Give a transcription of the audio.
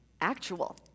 actual